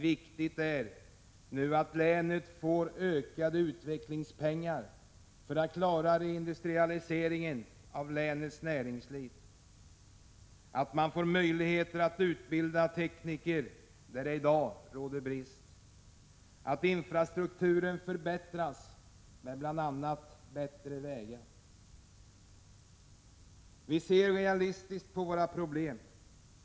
Viktigt är nu att länet får mera utvecklingspengar för att klara reindustrialiseringen av länets näringsliv, så att man får möjligheter att utbilda tekniker, där det i dag råder brist, och så att infrastrukturen förbättras, med bl.a. bättre vägar. Vi ser realistiskt på våra problem.